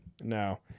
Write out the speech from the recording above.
No